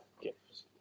gifts